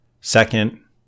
Second